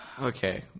Okay